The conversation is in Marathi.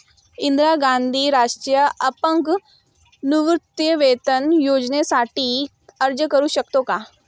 इंदिरा गांधी राष्ट्रीय अपंग निवृत्तीवेतन योजनेसाठी अर्ज करू शकतो का?